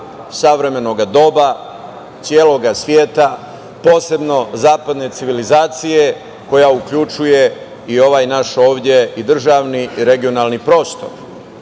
savremenog doba celog sveta, posebno zapadne civilizacije koja uključuje i ovaj naš ovde i državni i regionalni prostor. Zato